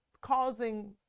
causing